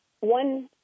one